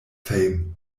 fame